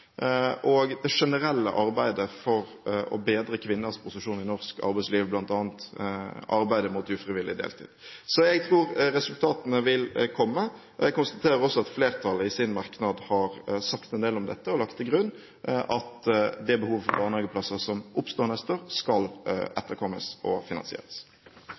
og det generelle arbeidet for å bedre kvinners posisjon i norsk arbeidsliv, bl.a. arbeidet mot ufrivillig deltid. Så jeg tror resultatene vil komme. Jeg konstaterer at også flertallet i sin merknad har sagt en del om dette og lagt til grunn at det behovet for barnehageplasser som oppstår neste år, skal etterkommes og finansieres.